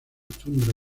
tundra